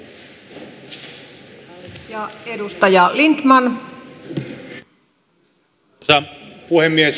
arvoisa puhemies